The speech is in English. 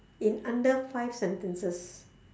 in under five sentences